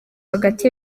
hagati